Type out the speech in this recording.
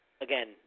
again